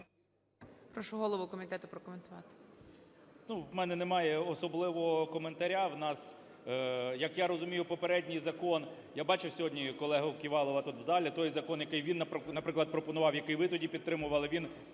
Прошу голову комітету прокоментувати.